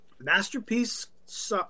Masterpiece